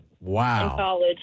Wow